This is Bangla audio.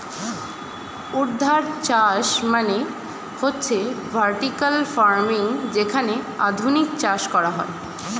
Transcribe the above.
ঊর্ধ্বাধ চাষ মানে হচ্ছে ভার্টিকাল ফার্মিং যেখানে আধুনিক চাষ করা হয়